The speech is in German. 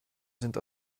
sind